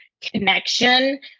connection